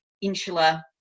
insular